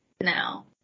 Now